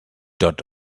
dot